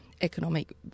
economic